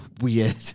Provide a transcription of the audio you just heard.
weird